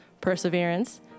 perseverance